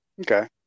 Okay